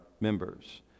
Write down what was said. members